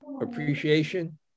Appreciation